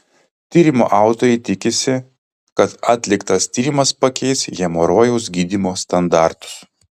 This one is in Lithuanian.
tyrimo autoriai tikisi kad atliktas tyrimas pakeis hemorojaus gydymo standartus